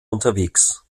unterwegs